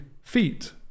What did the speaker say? feet